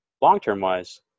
long-term-wise